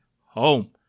Home